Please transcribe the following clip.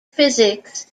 physics